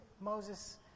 Moses